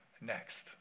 next